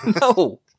No